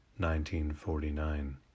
1949